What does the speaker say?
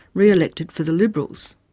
re-elected for the liberals.